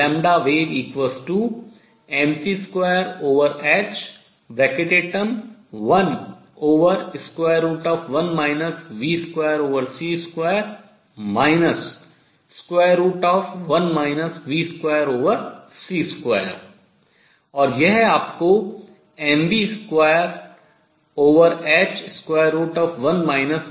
vwave mc2h11 v2c2 1 v2c2 और यह आपको mv2h1 v2c2 देता है